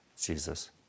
Jesus